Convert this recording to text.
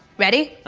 ready?